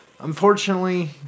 Unfortunately